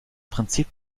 prinzip